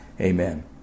Amen